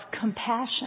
compassion